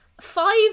five